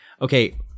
Okay